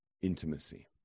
intimacy